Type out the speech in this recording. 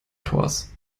tors